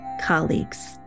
colleagues